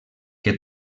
que